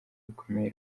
bikomeye